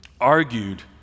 argued